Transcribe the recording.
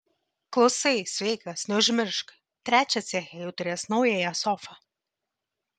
klausai sveikas neužmiršk trečią ceche jau turės naująją sofą